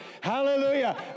Hallelujah